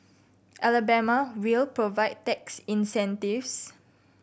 Alabama will provide tax incentives